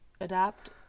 adapt